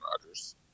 Rodgers